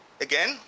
again